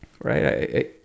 right